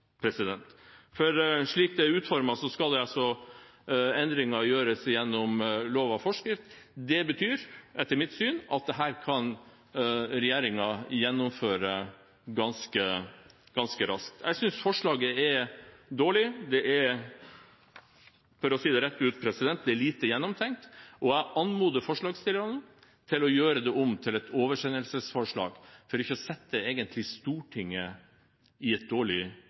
For slik det er utformet, skal endringen gjøres gjennom lov og forskrift. Det betyr etter mitt syn at dette kan regjeringen gjennomføre ganske raskt. Jeg synes forslaget er dårlig. Det er – for å si det rett ut – lite gjennomtenkt, og jeg anmoder forslagsstillerne om å gjøre det om til et oversendelsesforslag, egentlig for ikke å sette Stortinget i et dårlig